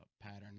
pattern